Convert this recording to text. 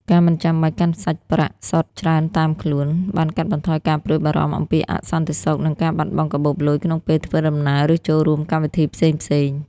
ការមិនចាំបាច់កាន់សាច់ប្រាក់សុទ្ធច្រើនតាមខ្លួន បានកាត់បន្ថយការព្រួយបារម្ភអំពីអសន្តិសុខ និងការបាត់បង់កាបូបលុយក្នុងពេលធ្វើដំណើរ ឬចូលរួមកម្មវិធីផ្សេងៗ។